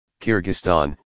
Kyrgyzstan